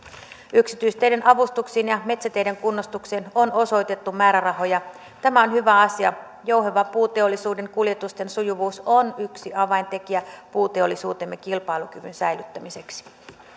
yksityisteiden avustuksiin ja metsäteiden kunnostukseen on osoitettu määrärahoja tämä on hyvä asia jouheva puuteollisuuden kuljetusten sujuvuus on yksi avaintekijä puuteollisuutemme kilpailukyvyn säilyttämiseksi